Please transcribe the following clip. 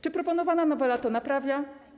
Czy proponowana nowela to naprawia?